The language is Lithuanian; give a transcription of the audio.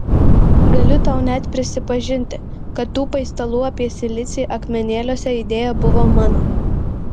galiu tau net prisipažinti kad tų paistalų apie silicį akmenėliuose idėja buvo mano